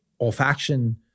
Olfaction